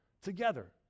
together